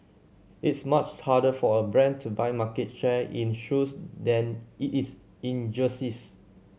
it's much harder for a brand to buy market share in shoes than it is in jerseys